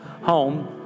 home